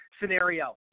scenario